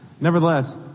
Nevertheless